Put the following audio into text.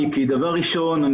דבר ראשון,